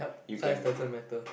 size doesn't matter